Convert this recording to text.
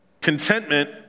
Contentment